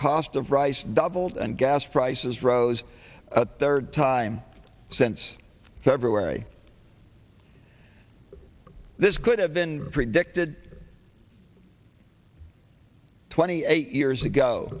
cost of rice doubled and gas prices rose a third time since february this could have been predicted twenty eight years ago